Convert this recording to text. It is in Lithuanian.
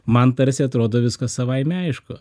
man tarsi atrodo viskas savaime aišku